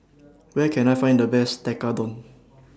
Where Can I Find The Best Tekkadon